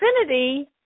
infinity